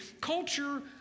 culture